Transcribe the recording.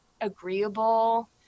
agreeable